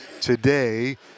today